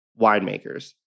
winemakers